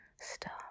stop